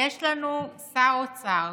יש לנו שר אוצר,